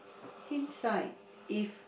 hindsight if